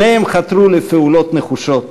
שניהם חתרו לפעולות נחושות,